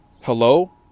hello